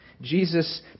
Jesus